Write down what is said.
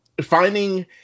finding